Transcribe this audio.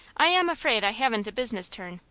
i am afraid i haven't a business turn,